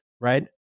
right